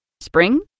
Spring